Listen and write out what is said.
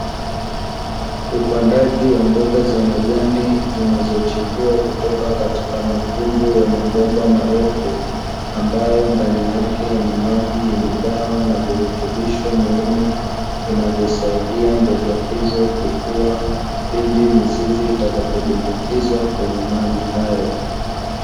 Upandaji wa mboga za majani zinazochipua kutoka katika matundu ya mabomba marefu, ambayo ndani yake yana maji yenye dawa na virutubisho muhimu vinavyosaidia mboga hizo kukua pindi mizizi itakapo dumbukizwa kwehye maji hayo.